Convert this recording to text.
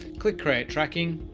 click create tracking.